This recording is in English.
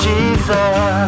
Jesus